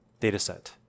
dataset